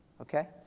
okay